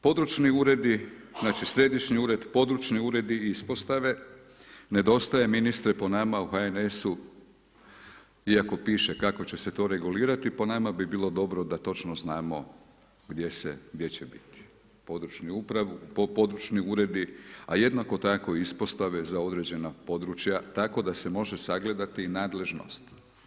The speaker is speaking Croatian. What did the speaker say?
Područni uredi, znači središnji ured, područni uredi ispostave nedostaje ministre, po nama, u HNS-u iako piše kako će se to regulirati, po nama bi bilo dobro da točno znamo gdje će to biti, područni upravi, područni uredi, a jednako tako i ispostave za određena područja, tako da se može sagledati nadležnost.